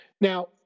Now